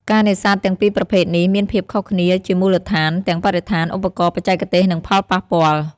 ការនេសាទទាំងពីរប្រភេទនេះមានភាពខុសគ្នាជាមូលដ្ឋានទាំងបរិស្ថាន ឧបករណ៍ បច្ចេកទេស និងផលប៉ះពាល់។